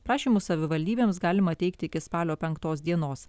prašymus savivaldybėms galima teikti iki spalio penktos dienos